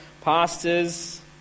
pastors